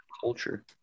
culture